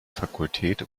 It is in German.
fakultät